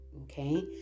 okay